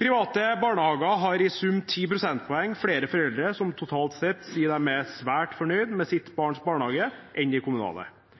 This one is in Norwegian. Private barnehager har i sum 10 prosentpoeng flere foreldre som totalt sett sier de er svært fornøyde med sitt barns barnehage enn de kommunale,